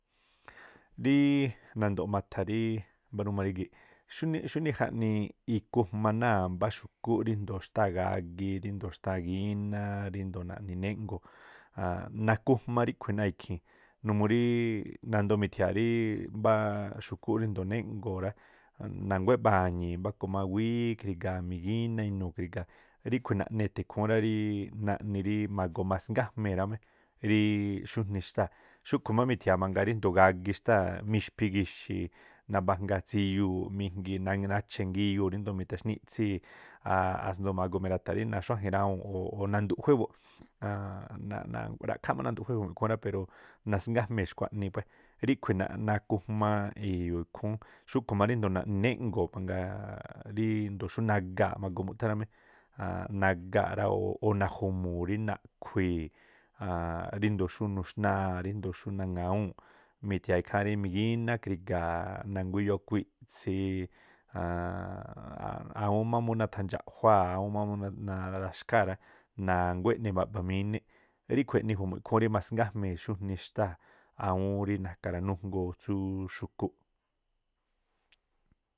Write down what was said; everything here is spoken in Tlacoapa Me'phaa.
Ríí nando̱ ma̱tha̱ ríí mbáruma rígi̱ꞌ, xúnii xúnii jaꞌniiꞌ ikhújma̱ náa̱ mbáá xu̱kúꞌ rindoo̱ xtáa̱ gagi, rindoo̱ xtáa̱ gíná, rindoo̱ naꞌni néꞌngo̱o̱ nakujma ríꞌkhui̱ náa̱ ikhii̱n nuu rííꞌ nandoo mithiaríiꞌ mbáá xu̱kúꞌ rindoo̱ néꞌngo̱o̱ rá, na̱nguá eꞌba̱ñi̱i̱ mbákú má wíí kri̱ga̱a̱, migíná inuu̱ kri̱ga̱a̱, ríꞌkhui̱ naꞌni e̱tha̱ ikhúún rá rií naꞌni rí magoo masngájmee̱ rámí ríí xújnii xtáa̱. Xúꞌkhu̱ má mi̱tha̱ya̱a ríjndo̱o gagi xtáa̱, mixphi igi̱xi̱, naꞌba̱jngaa̱ tsiyuu̱ꞌ mingii nacha̱ ingiyuu̱ ríndo̱o mitha̱xníꞌtsíi̱ asndo̱o ma̱goo̱ mira̱tha̱ rí naxuájen rawuu̱nꞌ o̱ nanduꞌjué buꞌ ra̱khááꞌ má nanduꞌjué jumu̱ꞌ ikhúún rá pero nasngájmee̱ xkhua̱ꞌnii puée̱. Ríꞌkhui̱ nakujma e̱yoo̱ ikhúún, xúꞌkhui̱ má ríndo̱o naꞌni neꞌngo̱o̱ mangꞌ ríí ndoo̱ xú nagaa̱ꞌ ma̱goo mu̱thá rámí, nagaa̱ꞌ rá o̱ naju̱mu̱u̱ rí naꞌkhui̱i̱ a̱a̱nꞌ ríndo̱o xú nuxnáa̱ ríndo̱o xú naŋawúu̱nꞌ mithia̱a ikháán rí migíná kri̱ga̱a̱ na̱nguá iyoo̱ ákhuiꞌtsii̱ awúún má mú nathandxaꞌjuáa̱, awúún má mu naraxkháa̱ rá na̱nguá eꞌni ma̱ꞌba̱míníꞌ, ríꞌkhui̱ eꞌni ju̱mu̱ꞌ ikhúún rí masgájmee̱ xúnii xtáa̱ awúún rí na̱ka̱ranújgoo tsú xu̱kúꞌ.